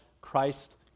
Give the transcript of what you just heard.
Christ